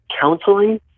counseling